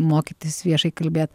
mokytis viešai kalbėt